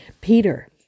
Peter